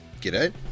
G'day